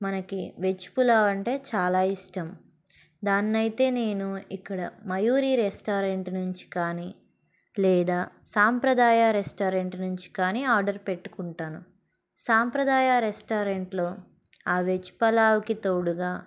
మనకి వెజ్ పులావ్ అంటే చాలా ఇష్టం దాన్నైతే నేను ఇక్కడ మయూరి రెస్టారెంట్ నుంచి కానీ లేదా సాంప్రదాయ రెస్టారెంట్ నుంచి కానీ ఆర్డర్ పెట్టుకుంటాను సాంప్రదాయ రెస్టారెంట్లో ఆ వెజ్ పలావ్కి తోడుగా